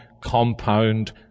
compound